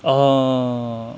orh